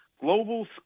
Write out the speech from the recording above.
Global